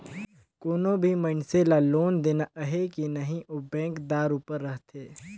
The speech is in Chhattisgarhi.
कोनो भी मइनसे ल लोन देना अहे कि नई ओ बेंकदार उपर रहथे